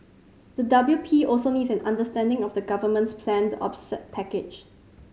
the W P also needs an understanding of the government's planned offset package